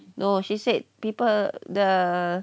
no she said people the